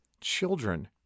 children